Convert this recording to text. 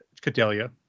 Cadelia